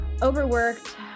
overworked